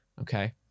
Okay